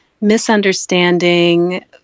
misunderstanding